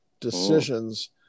decisions